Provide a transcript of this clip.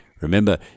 Remember